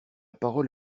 parole